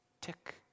tick